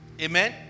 Amen